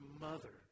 mother